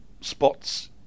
spots